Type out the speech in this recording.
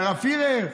לרב פירר.